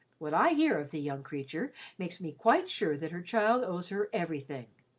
what i hear of the young creature makes me quite sure that her child owes her everything.